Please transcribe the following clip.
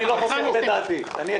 אני לא חוכך בדעתי.